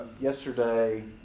Yesterday